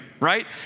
Right